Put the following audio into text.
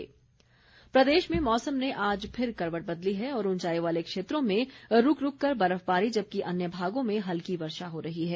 मौसम प्रदेश में मौसम ने आज फिर करवट बदली है और ऊंचाई वाले क्षेत्रों में रूक रूक कर बर्फबारी जबकि अन्य भागों में हल्की वर्षा हो रही है